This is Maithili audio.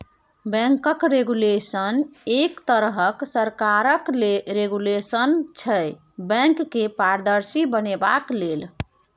बैंकक रेगुलेशन एक तरहक सरकारक रेगुलेशन छै बैंक केँ पारदर्शी बनेबाक लेल